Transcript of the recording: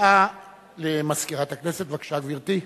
הודעה למזכירת הכנסת, בבקשה, גברתי.